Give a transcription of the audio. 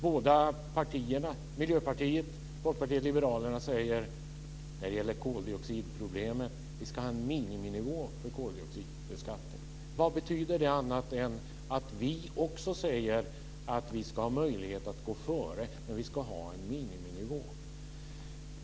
Både Miljöpartiet och Folkpartiet liberalerna säger att vi när det gäller koldioxidproblemet ska ha en miniminivå för koldioxidbeskattningen. Vad betyder det annat än att vi också säger att Sverige ska ha möjlighet att gå före men att vi ska ha en miniminivå?